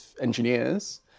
engineers